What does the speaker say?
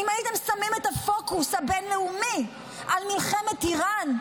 אם הייתם שמים את הפוקוס הבין-לאומי על מלחמת איראן,